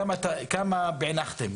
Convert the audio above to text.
כמה פענחתם?